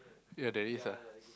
ya there is ah